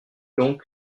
donc